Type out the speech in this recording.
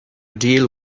deal